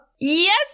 Yes